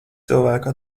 cilvēku